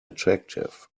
attractive